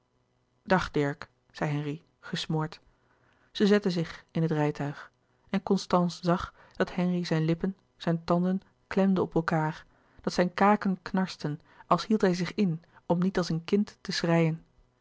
dag dirk zei henri gesmoord zij zetten zich in het rijtuig en constance zag dat henri zijn lippen zijne tanden klemde op elkaâr dat zijn kaken knarsten als hield hij zich in om niet als een kind te schreien